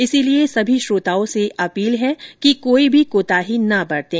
इसलिए सभी श्रोताओं से अपील है कि कोई भी कोताही न बरतें